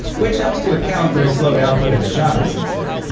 which helps to account for his slowed output in the genre since then.